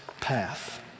path